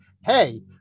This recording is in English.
hey